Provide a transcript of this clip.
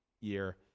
year